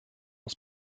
auf